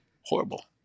Horrible